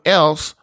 else